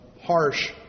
harsh